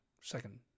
second